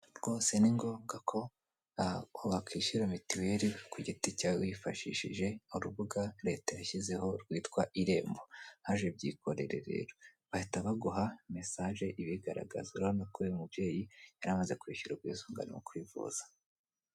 Rwose ni ngombwa ko wakishyura mituweri kugiti cyawe wifashishije urubuga leta yashyizeho rwitwa Irembo, haje byikorere rero bahita baguha mesaje ibigaragaza urabona ko uyu mubyeyi yari amaze kwishyura ubwisungane mu kwivuza.